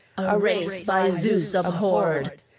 a race by zeus abhorred,